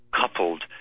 coupled